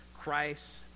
Christ